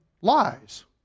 lies